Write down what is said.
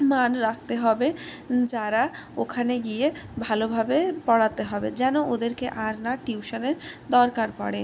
মান রাখতে হবে যারা ওখানে গিয়ে ভালোভাবে পড়াতে হবে যেন ওদেরকে আর না টিউশনের দরকার পড়ে